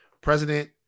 President